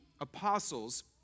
apostles